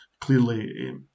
Clearly